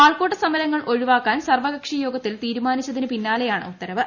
ആൾക്കൂട്ട സമരങ്ങൾ ഒഴിവാക്കാൻ സർവ്വകക്ഷി യോഗത്തിൽ തീരുമാന്റിച്ചതിന് പിന്നാലെയാണ് ഉത്തരവ്